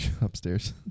upstairs